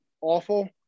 awful